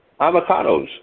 avocados